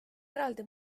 eraldi